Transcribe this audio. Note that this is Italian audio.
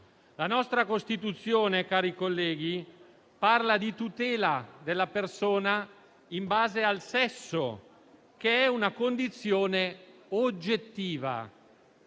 La nostra Costituzione, cari colleghi, parla di tutela della persona in base al sesso che è una condizione oggettiva.